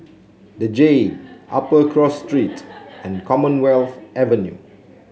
the Jade Upper Cross Street and Commonwealth Avenue